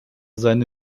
seine